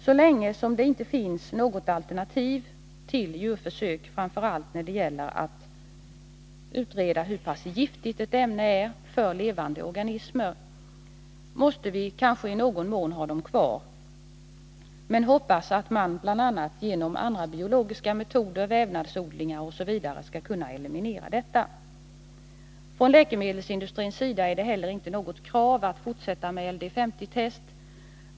Så länge som det inte finns något alternativ till djurförsök framför allt när det gäller att utreda hur pass giftigt ett ämne är för levande organismer, måste vi kanske i någon mån ha dem kvar. Men vi hoppas att man bl.a. genom andra biologiska metoder — vävnadsodlingar osv. — skall kunna eliminera detta. Från läkemedelsindustrins sida är det heller inte något krav att fortsätta med LD 50-test.